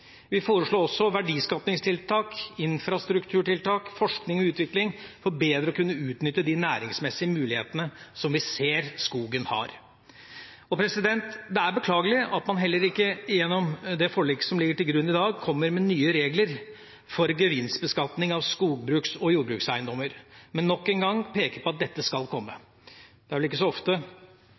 Vi foreslo også verdiskapingstiltak, infrastrukturtiltak og forskning og utvikling, for bedre å kunne utnytte de næringsmessige mulighetene som vi ser at skogen har. Det er beklagelig at man heller ikke gjennom det forliket som ligger til grunn i dag, kommer med nye regler for gevinstbeskatning av skogbruks- og jordbrukseiendommer, men nok en gang peker på at dette skal komme. Det er vel ikke så ofte